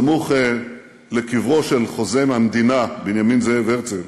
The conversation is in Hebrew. סמוך לקברו של חוזה המדינה בנימין זאב הרצל,